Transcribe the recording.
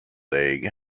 egg